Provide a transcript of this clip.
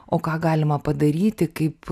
o ką galima padaryti kaip